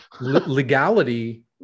legality